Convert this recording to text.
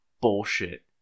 bullshit